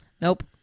Nope